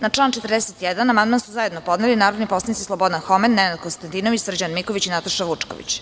Na član 41. amandman su zajedno podneli narodni poslanici Slobodan Homen, Nenad Konstantinović, Srđan Miković i Nataša Vučković.